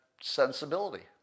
sensibility